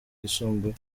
yisumbuye